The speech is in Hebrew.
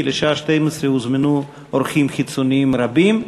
כי לשעה 12:00 הוזמנו אורחים חיצוניים רבים.